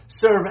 serve